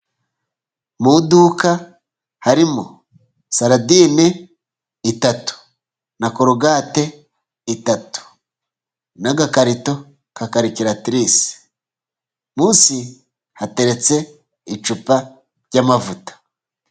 Mu iduka harimo saladine eshatu na korogate eshatu n'agakarito ka karikiratirise. Munsi hateretse icupa ry'amavuta.